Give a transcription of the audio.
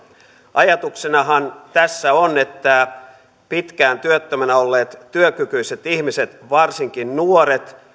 ajatuksenahan tässä on että pitkään työttömänä olleet työkykyiset ihmiset varsinkin nuoret